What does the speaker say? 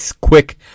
quick